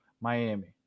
miami